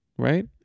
Right